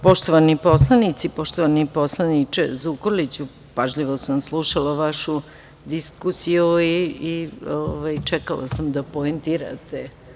Poštovani poslanici, poštovani poslaniče Zukorliću, pažljivo sam slušala vašu diskusiju i čekala sam da poentirate.